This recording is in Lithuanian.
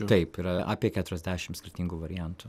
taip yra apie keturiasdešim skirtingų variantų